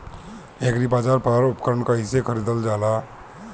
एग्रीबाजार पर उपकरण कइसे खरीदल जाला?